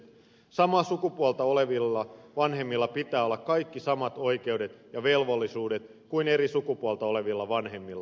samaa sukupuolta olevilla vanhemmilla pitää olla kaikki samat oikeudet ja velvollisuudet kuin eri sukupuolta olevilla vanhemmilla